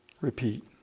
Repeat